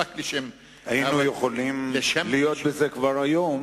היינו יכולים להיות במצב הזה כבר היום